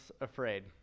afraid